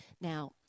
Now